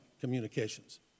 Communications